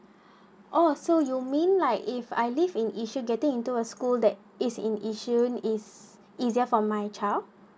oh so you mean like if I live in yishun getting into a school that is in yishun is easier for my child